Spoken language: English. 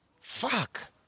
Fuck